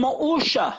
כמו אושה,